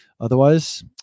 Otherwise